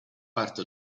parte